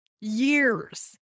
years